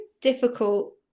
difficult